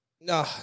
no